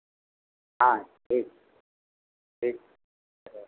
हाँ ठीक ठीक